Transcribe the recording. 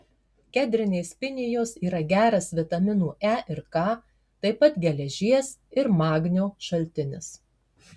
kedrinės pinijos yra geras vitaminų e ir k taip pat geležies ir magnio šaltinis